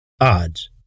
odds